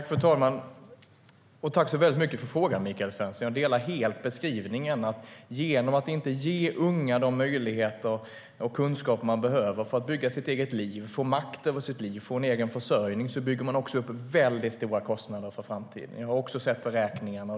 Fru talman! Tack så mycket för frågan, Michael Svensson! Jag delar helt beskrivningen att genom att inte ge unga de möjligheter och kunskaper de behöver för att bygga sitt eget liv, få makt över sitt liv och få en egen försörjning bygger man upp väldigt stora kostnader för framtiden. Jag har också sett beräkningarna.